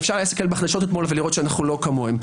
אפשר להסתכל בחדשות אתמול ולראות שאנחנו לא כמוהם.